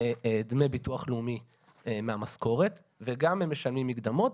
דמי ביטוח לאומי מהמשכורת וגם הם משלמים מקדמות.